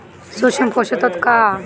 सूक्ष्म पोषक तत्व का ह?